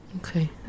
Okay